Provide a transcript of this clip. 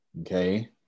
Okay